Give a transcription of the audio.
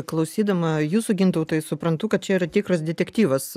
klausydama jūsų gintautai suprantu kad čia yra tikras detektyvas